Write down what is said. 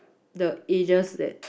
the ages that